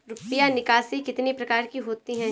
रुपया निकासी कितनी प्रकार की होती है?